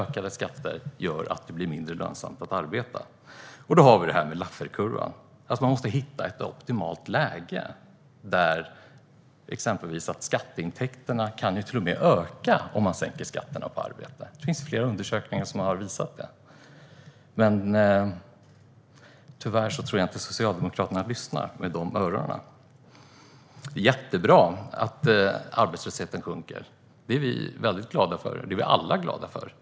Ökade skatter gör att det blir mindre lönsamt att arbeta. Då har vi det här med Lafferkurvan. Man måste hitta ett optimalt läge. Det kan till och med vara så att skatteintäkterna ökar om man sänker skatterna på arbete. Flera undersökningar har visat det. Men tyvärr tror jag inte att Socialdemokraterna lyssnar med de öronen. Det är jättebra att arbetslösheten sjunker. Det är vi väldigt glada för. Vi alla är glada för det.